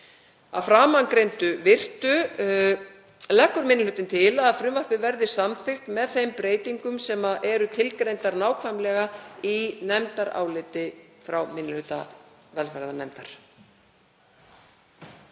Að framangreindu virtu leggur minni hlutinn til að frumvarpið verði samþykkt með þeim breytingum sem eru tilgreindar nákvæmlega í nefndaráliti frá minni hluta velferðarnefndar.